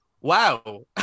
wow